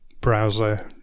browser